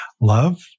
love